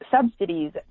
subsidies